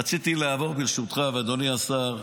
רציתי לעבור ברשותך, ואדוני השר,